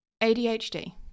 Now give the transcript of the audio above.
ADHD